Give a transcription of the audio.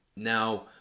Now